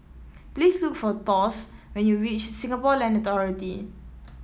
please look for Thos when you reach Singapore Land Authority